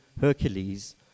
Hercules